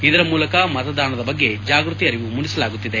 ಇದರ ಮೂಲಕ ಮತದಾನದ ಬಗ್ಗೆ ಜಾಗೃತಿ ಅರಿವು ಮೂಡಿಸಲಾಗುತ್ತಿದೆ